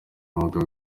mwuga